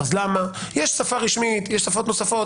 יש שפה רשמית, יש שפות נוספות.